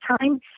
time